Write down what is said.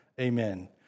Amen